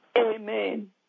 Amen